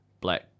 black